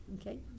Okay